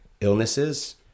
illnesses